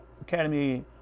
Academy